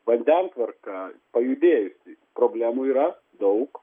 vandentvarka pajudėjusi problemų yra daug